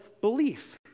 belief